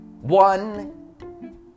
one